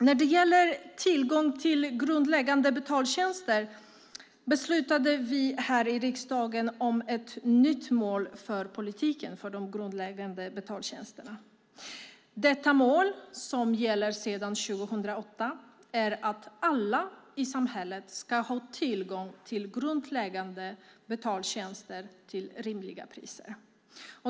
När det gäller tillgång till grundläggande betaltjänster beslutade vi här i riksdagen om ett nytt mål för politiken för de grundläggande betaltjänsterna. Detta mål, som gäller sedan 2008, är att alla i samhället ska ha tillgång till grundläggande betaltjänster till rimliga priser.